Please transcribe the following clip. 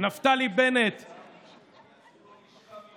נפתלי בנט, עשו לו לשכה מיוחדת.